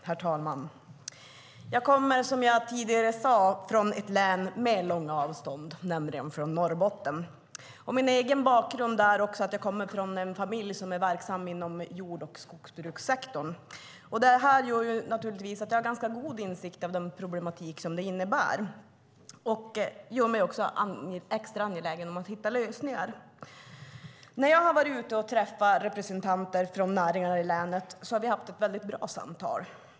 Herr talman! Som jag tidigare sade kommer jag från ett län med långa avstånd, nämligen från Norrbotten. Min egen bakgrund är att jag kommer från en familj som är verksam inom jord och skogsbrukssektorn. Detta gör naturligtvis att jag har ganska god insikt i den problematik som det innebär. Det gör mig också extra angelägen om att hitta lösningar. När jag har varit ute och träffat representanter från näringarna i länet har vi haft ett mycket bra samtal.